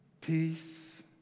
peace